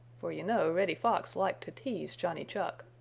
for you know reddy fox liked to tease johnny chuck.